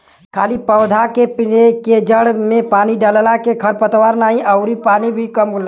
खाली पौधा के जड़ में पानी डालला के खर पतवार नाही अउरी पानी भी कम लगेला